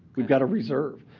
we've got a reserve.